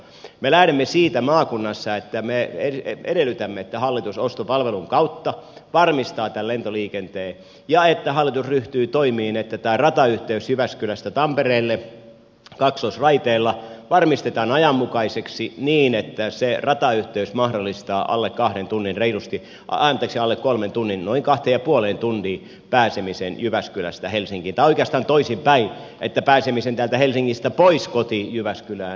me lähdemme siitä maakunnassa että me edellytämme että hallitus ostopalvelun kautta varmistaa tämän lentoliikenteen ja että hallitus ryhtyy toimiin niin että tämä ratayhteys jyväskylästä tampereelle kaksoisraiteella varmistetaan ajanmukaiseksi niin että se ratayhteys mahdollistaa alle kolmessa tunnissa noin kahdessa ja puolessa tunnissa pääsemisen jyväskylästä helsinkiin tai oikeastaan toisinpäin pääsemisen täältä helsingistä pois kotiin jyväskylään